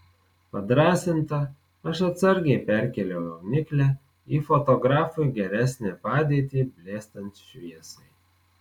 padrąsinta aš atsargiai perkėliau jauniklę į fotografui geresnę padėtį blėstant šviesai